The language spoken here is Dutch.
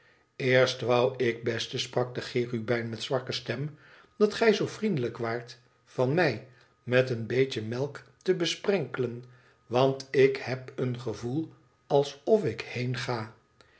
doen lëerstwouik beste sprak de cherubijn met zwakke stem dat gij zoo vriendelijk waart van mij met een beetje melk te besprenkelen want ik heb een gevoel alsof ik heenga